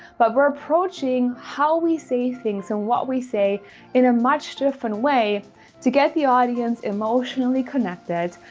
but we're approaching how we say things and what we say in a much different way to get the audience emotionally connected,